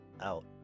Out